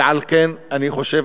ועל כן אני חושב,